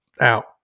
out